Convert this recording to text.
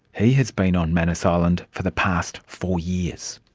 he has been on manus island for the past four years.